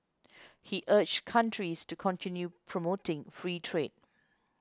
he urged countries to continue promoting free trade